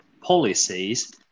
policies